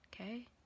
Okay